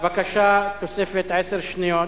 בבקשה, תוספת עשר שניות.